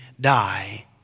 die